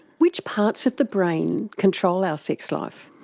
which parts of the brain control our sex life?